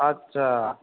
अच्छा